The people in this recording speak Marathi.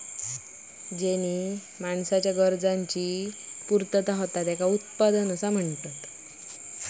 ज्येनीं मानवी गरजांची पूर्तता होता त्येंका उत्पादन म्हणतत